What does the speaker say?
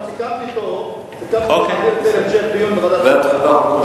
סיכמתי אתו להעביר את זה להמשך דיון בוועדת החוקה.